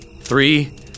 three